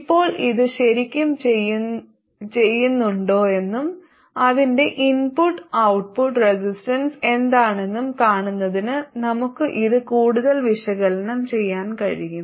ഇപ്പോൾ ഇത് ശരിക്കും ചെയ്യുന്നുണ്ടോയെന്നും അതിന്റെ ഇൻപുട്ട് ഔട്ട്പുട്ട് റെസിസ്റ്റൻസ് എന്താണെന്നും കാണുന്നതിന് നമുക്ക് ഇത് കൂടുതൽ വിശകലനം ചെയ്യാൻ കഴിയും